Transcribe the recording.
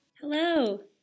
Hello